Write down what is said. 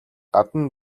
гадна